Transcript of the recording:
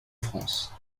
france